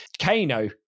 kano